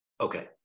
Okay